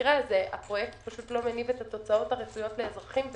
במקרה הזה הפרויקט לא מניב את התוצאות הרצויות לאזרחים,